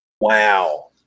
Wow